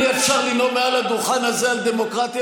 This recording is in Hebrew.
אי-אפשר לנאום מעל הדוכן הזה על דמוקרטיה,